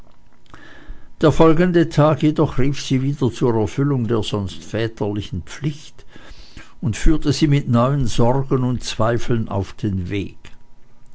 der folgende tag jedoch rief sie wieder zur erfüllung der sonst väterlichen pflicht auf und führte sie mit neuen sorgen und zweifeln auf den weg